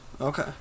Okay